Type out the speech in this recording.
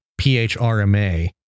PHRMA